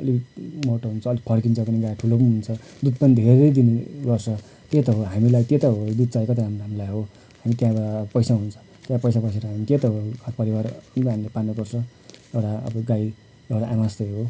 अलिक मोटो हुन्छ अलिक फर्किन्छ पनि गाई ठुलो पनि हुन्छ दुध पनि धेरै दिने गर्छ त्यही त हो हामीलाई त्यै त हो दुध चाहिएको त हामीलाई हामीलाई अब अनि त्यहाँबाट पैसा हुन्छ र पैसा भएपछि हामी के त हो घर परिवार अब हामीले पाल्नुपर्छ तर गाई अब एउटा आमा जस्तै हो